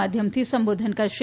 માધ્યમથી સંબોધન કરશે